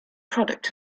product